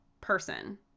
person